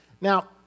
now